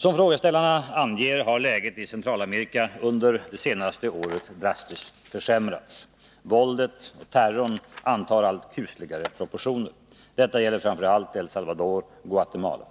Som frågeställarna anger har läget i Centralamerika under det senaste året drastiskt försämrats. Våldet och terrorn antar allt kusligare proportioner. Detta gäller framför allt El Salvador och Guatemala.